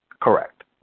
Correct